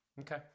Okay